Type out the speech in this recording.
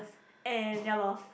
and ya lor